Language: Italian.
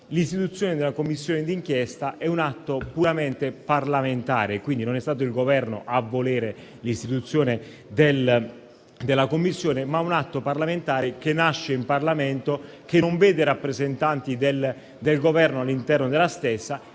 l'istituzione di una Commissione d'inchiesta è un atto puramente parlamentare, quindi non è stato il Governo a volere l'istituzione della Commissione, ma si tratta di un organo parlamentare che nasce in Parlamento, che non vede rappresentanti del Governo al suo interno e quindi